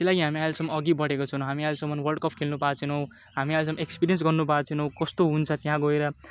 त्यही लागि हामी अहिलेसम्म अघि बढेको छैनौँ हामी अहिलेसम्म वर्ल्ड कप खेल्नु पाएको छैनौँ हामी अहिलेसम्म एक्सपिरियन्स गर्न पाएको छैनौँ कस्तो हुन्छ त्यहाँ गएर